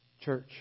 Church